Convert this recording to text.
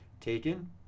taken